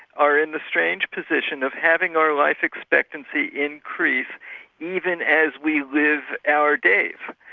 are in the strange position of having our life expectancy increase even as we live our days.